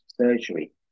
surgery